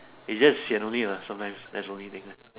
is damn sian only ah sometimes that's only thing lah